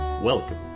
Welcome